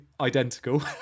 identical